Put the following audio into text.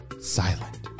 silent